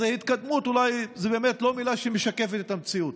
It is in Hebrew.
אז התקדמות אולי זאת באמת לא מילה שמשקפת את המציאות.